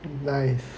nice